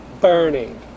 Burning